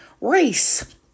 race